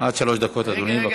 שלוש דקות, אדוני.